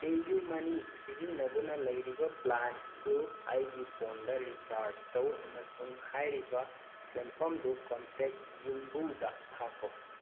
ꯄꯦ ꯌꯨ ꯃꯅꯤ ꯁꯤꯖꯤꯟꯅꯗꯨꯅ ꯂꯩꯔꯤꯕ ꯄ꯭ꯂꯥꯟ ꯗꯨ ꯑꯩꯒꯤ ꯐꯣꯟꯗ ꯔꯤꯆꯥꯔꯖ ꯇꯧ ꯑꯃꯁꯨꯡ ꯍꯥꯏꯔꯤꯕ ꯁꯦꯟꯐꯝꯗꯨ ꯀꯣꯟꯇꯦꯛ ꯌꯨꯝꯕꯨꯗ ꯊꯥꯈꯣ